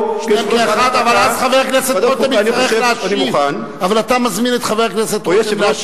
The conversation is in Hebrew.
אז אני רוצה לציין, אני אתן לך את הזמן.